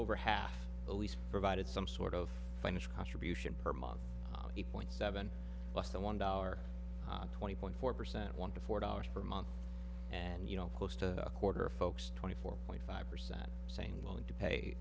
over half a lease provided some sort of finished contribution per month eight point seven less than one dollar twenty point four percent want to four dollars per month and you know close to a quarter of folks twenty four point five percent saying willing to pay